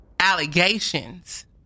allegations